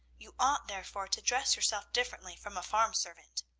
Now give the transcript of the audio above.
you ought therefore to dress yourself differently from a farm servant.